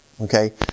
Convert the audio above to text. Okay